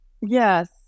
yes